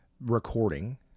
recording